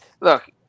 look